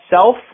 self